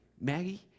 Maggie